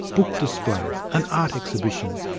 book displays, an art exhibition,